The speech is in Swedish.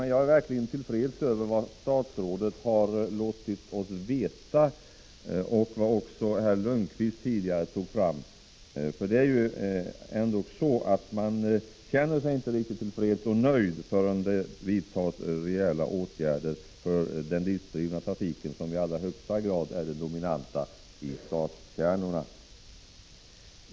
Men jag är verkligen till freds med vad statsrådet har låtit oss få veta och även vad herr Lönnqvist tog fram tidigare. Man känner sig ju inte riktigt till freds och nöjd förrän det vidtas rejäla åtgärder. Och den dieseldrivna trafiken är i allra högsta grad den dominanta i stadskärnorna.